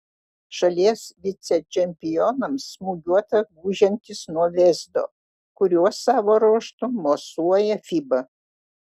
šalies vicečempionams smūgiuota gūžiantis nuo vėzdo kuriuo savo ruožtu mosuoja fiba